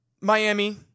Miami